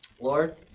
Lord